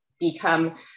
become